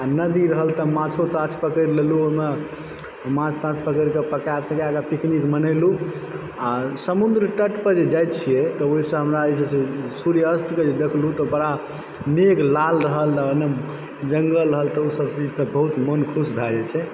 आ नदी रहल तऽ माछो ताछ पकड़ि लेलहुँ ओहिमऽ माछ ताछ पकड़िके पकाय तकायके पिकनिक मनेलू आ समुन्द्र तट पर जे जाइत छियै तऽ ओहिसँ हमरा जे छै से सूर्य अस्तके जे देखलहुँ मेघ लाल रहल जंगल रहल तऽ ओसभ चीजसँ मन बहुत खुश भै जाइत छै